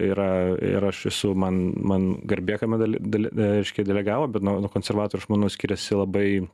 yra ir aš esu man man garbė ką ma gali dali reiškia delegavo bet nuo nuo konservatorių aš manau skiriasi labai